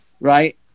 right